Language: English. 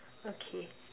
okay